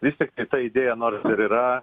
vis tik ta idėja nors yra